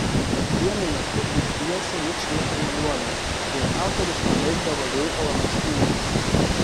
vienu metu už pjesę ničnieko neduodavo jei autorius nebaigdavo veikalo muštynėmis